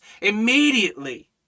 immediately